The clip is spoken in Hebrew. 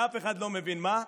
שאף אחד לא מבין מה,